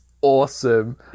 awesome